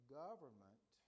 government